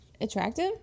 attractive